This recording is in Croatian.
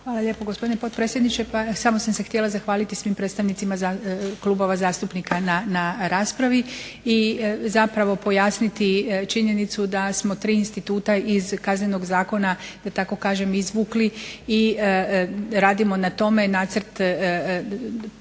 Hvala lijepo gospodine potpredsjedniče. Samo sam se htjela zahvaliti svim predstavnicima klubova zastupnika na raspravi i pojasniti činjenicu da smo tri instituta iz Kaznenog zakona da tako kažem izvukli i radimo na tome nacrt posebnog